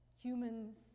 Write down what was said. Humans